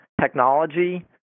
technology